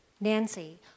Nancy